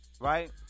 Right